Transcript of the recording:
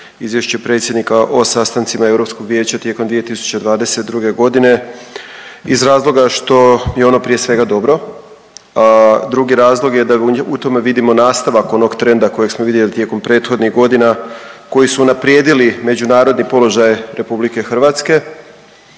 Izvješće predsjednika o sastancima EV-a tijekom 2022. g. iz razloga što je ono prije svega dobro. Drugi razlog je da u tome vidimo nastavak onog trenda kojeg smo vidjeli tijekom prethodnih godina koji su unaprijedili međunarodni položaj RH i vidimo